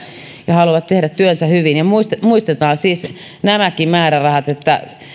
ja haluavat tehdä työnsä hyvin muistetaan muistetaan siis nämäkin määrärahat